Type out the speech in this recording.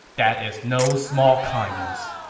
that is no small kindness.